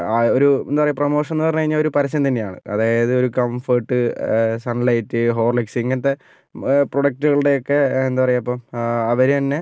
ആ ഒരു എന്താ പറയുക പ്രൊമോഷൻ എന്ന് പറഞ്ഞാൽ ഒരു പരസ്യം തന്നെയാണ് അതായത് ഒരു കംഫർട്ട് സൺലൈറ്റ് ഹോർലിക്സ് ഇങ്ങനത്തെ പ്രോഡക്റ്റുകളുടെയൊക്കെ എന്താ പറയുക ഇപ്പം അവര് തന്നെ